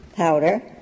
powder